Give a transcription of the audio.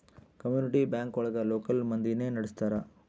community bank ಒಳಗ local ಮಂದಿನೆ ನಡ್ಸ್ತರ